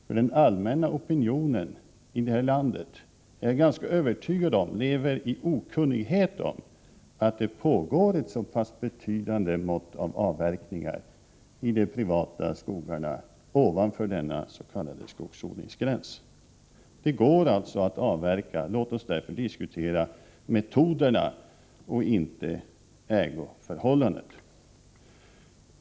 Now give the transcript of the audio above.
Jag är ganska övertygad om att den allmänna opinionen här i landet lever i okunnighet om att det pågår så pass betydande avverkningar i de privata skogarna ovanför den s.k. skogsodlingsgränsen. Det går alltså att avverka. Låt oss därför diskutera metoderna och inte ägoförhållandena.